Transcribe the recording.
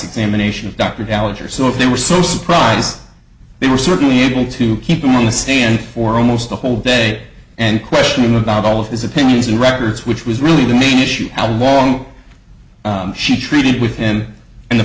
examination of dr gallagher so if they were so surprised they were certainly able to keep him on the stand for almost a whole day and question him about all of his opinions and records which was really the main issue how long she treated with him and the